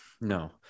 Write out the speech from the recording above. No